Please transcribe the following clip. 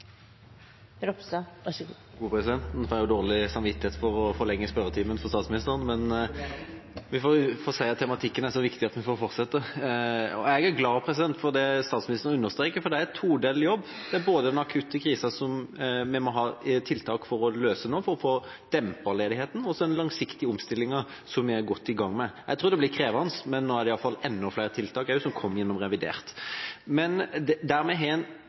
dårlig samvittighet for å forlenge spørretimen for statsministeren, men vi får se om tematikken er så viktig at vi får fortsette. Jeg er glad for det statsministeren understreker, for det er en todelt jobb. Det er både en akutt krise som vi må ha tiltak for å løse for å få dempet ledigheten, og det er langsiktige omstillinger som vi er godt i gang med. Jeg tror det blir krevende, men nå kommer i hvert fall enda flere tiltak gjennom revidert budsjett. Men der vi kanskje har en